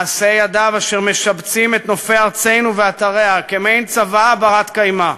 מעשי ידיו אשר משבצים את נופי ארצנו ואתריה כמעין צוואה בת-קיימא,